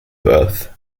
birth